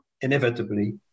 inevitably